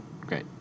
Great